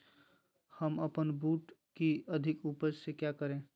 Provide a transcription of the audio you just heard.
हम अपन बूट की अधिक उपज के क्या करे?